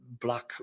black